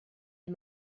est